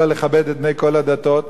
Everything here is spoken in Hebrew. אלא לכבד את בני כל הדתות,